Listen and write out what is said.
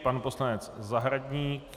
Pan poslanec Zahradník.